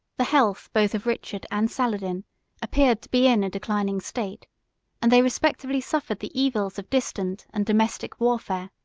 the health both of richard and saladin appeared to be in a declining state and they respectively suffered the evils of distant and domestic warfare